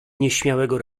nieśmiałego